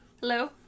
Hello